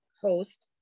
host